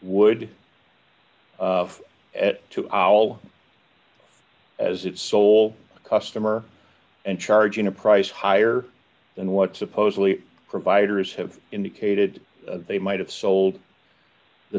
would of at to owl as its sole customer and charging a price higher than what supposedly providers have indicated they might have sold the